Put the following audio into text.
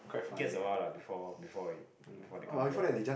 gets a while lah before before it before they come then what